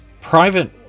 private